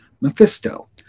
Mephisto